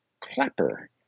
Clapper